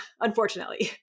unfortunately